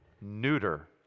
neuter